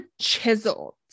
chiseled